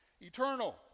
Eternal